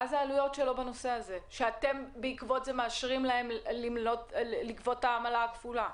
מהן העלויות שבעקבותיהן אתם מאפשרים להם לגבות עמלה כפולה?